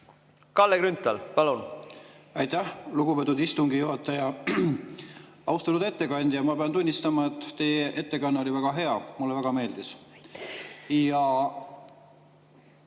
Kalle Grünthal, palun! Aitäh, lugupeetud istungi juhataja! Austatud ettekandja! Ma pean tunnistama, et teie ettekanne oli väga hea, mulle väga meeldis. Aga